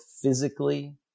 physically